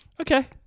Okay